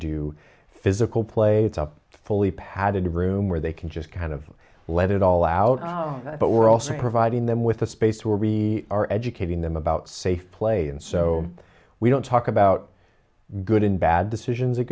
do physical play it's up fully padded room where they can just kind of let it all out but we're also providing them with a space where we are educating them about safe play and so we don't talk about good and bad decisions